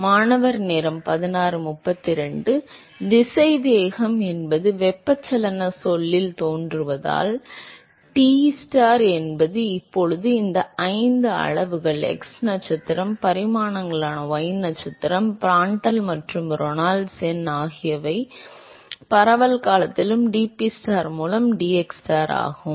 மாணவர் திசைவேகம் என்பது வெப்பச்சலனச் சொல்லில் தோன்றுவதால் Tstar என்பது இப்போது இந்த ஐந்து அளவுகள் x நட்சத்திரம் பரிமாணங்களான y நட்சத்திரம் பிராண்ட்டல் மற்றும் ரேனால்ட்ஸ் எண் ஆகியவை பரவல் காலத்திலும் dPstar மூலம் dxstar ஆகும்